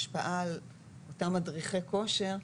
השפעה על אותם מדריכי כושר.